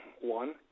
One